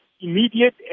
immediate